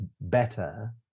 better